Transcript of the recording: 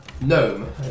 Gnome